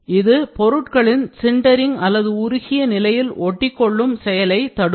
இது பொருட்களின் சின்டரிங் அல்லது உருகிய நிலையில் ஒட்டிக்கொள்ளும் செயலை தடுக்கும்